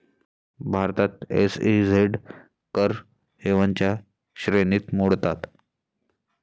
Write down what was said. भारतात एस.ई.झेड कर हेवनच्या श्रेणीत मोडतात